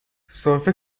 سرفه